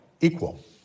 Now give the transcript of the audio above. equal